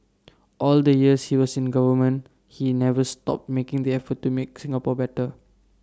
all the years he was in government he never stopped making the effort to make Singapore better